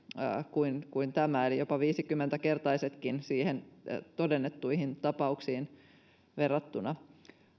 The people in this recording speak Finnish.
kuin kuin tämä eli jopa viisikymmentä kertaisetkin niihin todennettuihin tapauksiin verrattuna